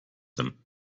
them